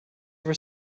ever